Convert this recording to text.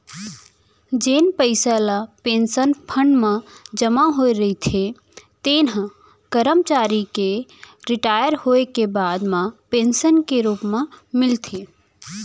जेन पइसा ल पेंसन फंड म जमा होए रहिथे तेन ह करमचारी के रिटायर होए के बाद म पेंसन के रूप म मिलथे